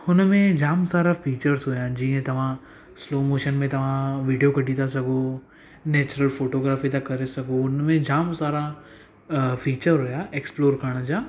हुनमें जाम सारा फीचर्स हुया जीअं तव्हां स्लो मोशन में तव्हां वीडियो कढी था सघो नेचुरल फोटोग्राफी था करे सघो उनमें जाम सारा फीचर हुया एक्स्प्लोर करण जा